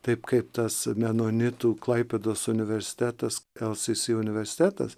taip kaip tas menonitų klaipėdos universitetas lcc universitetas